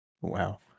Wow